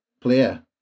player